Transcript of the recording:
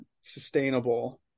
sustainable